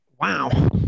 Wow